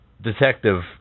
detective